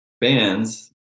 bands